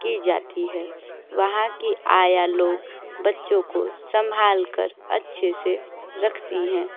की जाती है वहाँ की आया लोग बच्चों को संभाल कर अच्छे से रखती हैं